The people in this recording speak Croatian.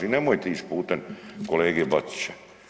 I nemojte ići putem kolege Bačića.